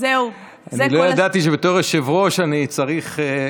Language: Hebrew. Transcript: אני לא ידעתי שבתור יושב-ראש אני צריך,